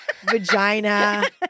vagina